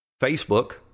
Facebook